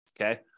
Okay